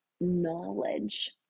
knowledge